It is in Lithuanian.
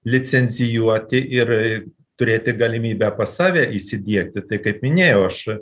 licencijuoti ir turėti galimybę pas save įsidiegti tai kaip minėjau aš